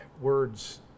words